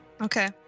okay